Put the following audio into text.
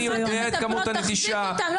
אני יודע את כמות הנטישה, תאמיני לי.